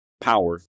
power